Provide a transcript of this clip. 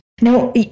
Now